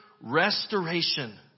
restoration